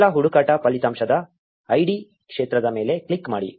ಮೊದಲ ಹುಡುಕಾಟ ಫಲಿತಾಂಶದ ಐಡಿ ಕ್ಷೇತ್ರದ ಮೇಲೆ ಕ್ಲಿಕ್ ಮಾಡಿ